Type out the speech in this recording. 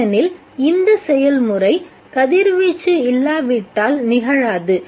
ஏனெனில் இந்த செயல்முறை கதிர்வீச்சு இல்லாவிட்டால் நிகழாது